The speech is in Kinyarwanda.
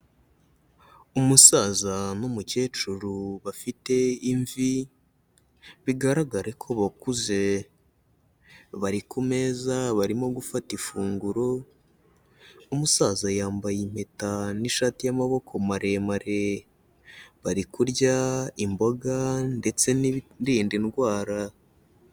Umusaza n'umukecuru bafite imvi, bigaragare ko bakuze, bari ku meza barimo gufata ifunguro, umusaza yambaye impeta n'ishati y'amaboko maremare, bari kurya imboga ndetse n'ibirinda indwara.